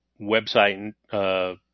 website